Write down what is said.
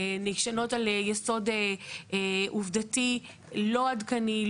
נשענות על יסוד עובדתי לא עדכני,